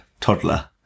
toddler